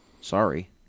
sorry